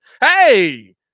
Hey